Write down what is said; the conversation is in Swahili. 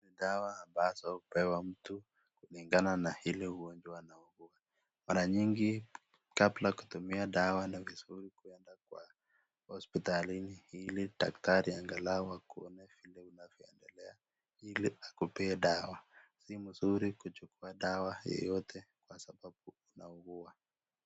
Dawa ambazo hulewa mtu kulingana na Ile ugonjwa anaugua ,mara nyingi kabla kutumia dawa NI vizuri kuenda Kwa hospitalini ili daktari angalau akuone vile unavyoendelea ile akupe dawa. Si mzuri kuchukua dawa yeyote Kwa sababu inauwa.